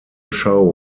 show